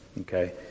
Okay